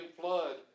flood